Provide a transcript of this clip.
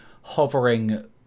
hovering